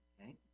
Okay